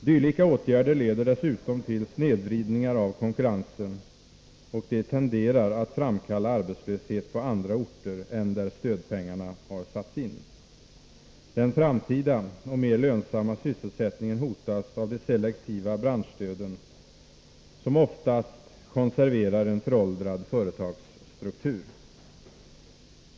Dylika åtgärder leder dessutom till snedvridningar av konkurrensen, och de tenderar att framkalla arbetslöshet på andra orter än där stödpengarna har satts in. Den framtida och mer lönsamma sysselsättningen hotas av de selektiva branschstöden, som oftast konserverar en föråldrad företagsstruktur.